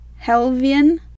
Helvian